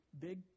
Big